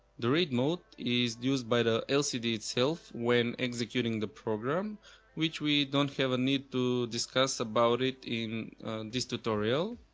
the read mode is used by the lcd itself when executing the program which we don't have a need to discuss about it in this tutorial.